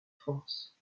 france